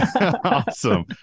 awesome